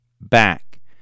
back